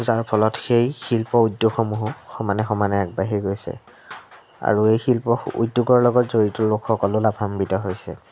যাৰফলত সেই শিল্প উদ্যোগসমূহ সমানে সমানে আগবাঢ়ি গৈছে আৰু এই শিল্প উদ্যোগৰ লগত জড়িত লোকসকলো লাভান্বিত হৈছে